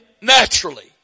naturally